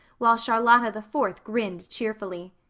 while charlotta the fourth grinned cheerfully.